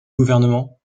gouvernement